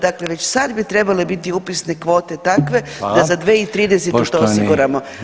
Dakle već sad bi trebale biti upisne kvote takve da za 2030. to osiguramo